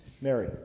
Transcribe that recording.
Mary